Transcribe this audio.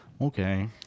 Okay